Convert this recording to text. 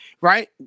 right